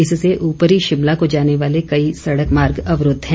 इससे ऊपरी शिमला को जाने वाले कई सड़क मार्ग अवरूद्व हैं